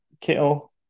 kill